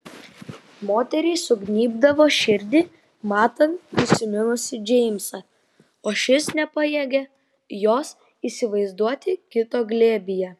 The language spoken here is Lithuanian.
moteriai sugnybdavo širdį matant nusiminusį džeimsą o šis nepajėgė jos įsivaizduoti kito glėbyje